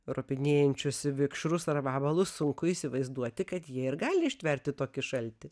ropinėjančius vikšrus ar vabalus sunku įsivaizduoti kad jie ir gali ištverti tokį šaltį